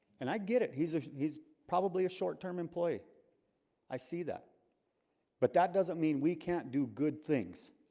and i get it he's he's probably a short-term employee i see that but that doesn't mean we can't do good things